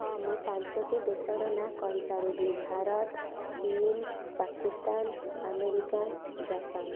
ହଁ ମୁଁ ପାଞ୍ଚଟି ଦେଶର ନା କହିପାରିବି ଭାରତ ଚିନ୍ ପାକିସ୍ଥାନ ଆମେରିକା ଜାପାନ